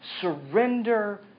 surrender